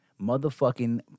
motherfucking